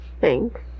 thanks